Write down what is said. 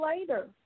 later